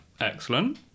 excellent